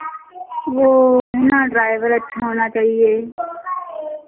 वह है ना ड्राइवर अच्छा होना चाहिए